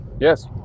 Yes